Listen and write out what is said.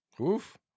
Oof